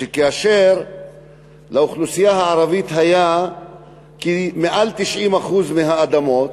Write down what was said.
כאשר היו לאוכלוסייה הערבית יותר מ-90% מהאדמות,